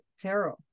Tarot